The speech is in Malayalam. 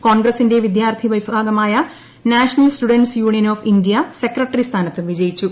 കോൺഗ്രസിന്റെ വിദ്യാർത്ഥി വിഭാഗമായ national students union of India secretary സ്ഥാനത്തും വിജയിച്ചു